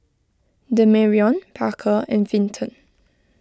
Demarion Parker and Vinton